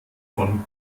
von